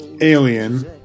alien